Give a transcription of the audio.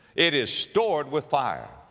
it is stored with fire.